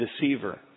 deceiver